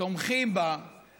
תומכים בה לפחות